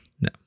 No